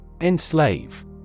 Enslave